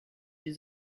die